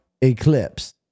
Eclipse